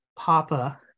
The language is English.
papa